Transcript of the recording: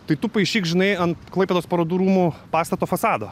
tai tu paišyk žinai ant klaipėdos parodų rūmų pastato fasado